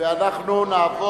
הצעת חוק